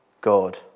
God